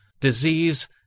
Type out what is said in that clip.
Disease